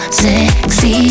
sexy